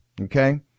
okay